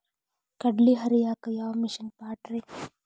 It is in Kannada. ಕಡ್ಲಿ ಹರಿಯಾಕ ಯಾವ ಮಿಷನ್ ಪಾಡ್ರೇ?